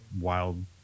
wild